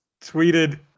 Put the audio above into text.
Tweeted